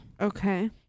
Okay